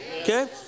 Okay